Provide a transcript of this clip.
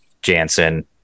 Jansen